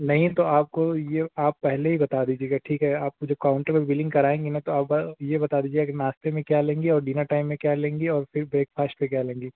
नही तो आपको ये आप पहले ही बता दीजिएगा ठीक है आपको जब काउन्टर पर बिलिंग कराएंगी ना तो आप बस ये बता दीजिएगा कि नाश्ते में क्या लेंगी और डिनर टाइम में क्या लेंगी और फिर ब्रेकफास्ट पर क्या लेंगी